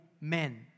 men